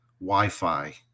Wi-Fi